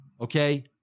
okay